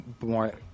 more